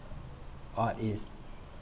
art is